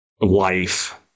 life